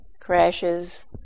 Crashes